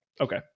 Okay